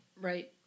Right